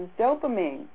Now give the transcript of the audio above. dopamine